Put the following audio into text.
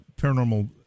paranormal